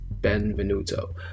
benvenuto